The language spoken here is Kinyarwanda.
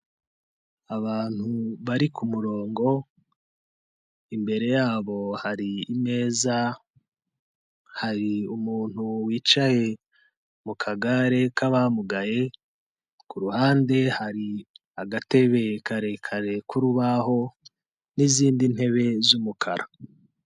Abantu bari ku murongo, imbere yabo hari imeza, hari umuntu wicaye mu kagare k'abamugaye, ku ruhande hari agatebe karekare k'urubaho n'izindi ntebe z'umukara.